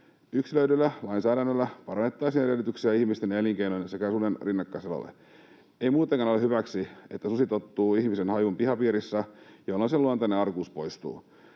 Yksilöidyllä lainsäädännöllä parannettaisiin edellytyksiä ihmisten elinkeinojen sekä suden rinnakkaiselolle. Ei muutenkaan ole hyväksi, että susi tottuu ihmisen hajuun pihapiirissä, jolloin sen luontainen arkuus poistuu.